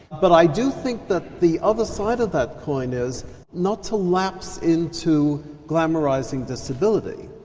but i do think that the other side of that coin is not to lapse into glamorising disability.